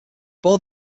bore